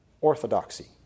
orthodoxy